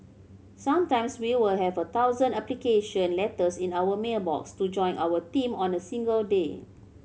sometimes we will have a thousand application letters in our mail box to join our team on a single day